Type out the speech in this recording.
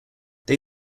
they